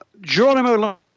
Geronimo